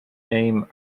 name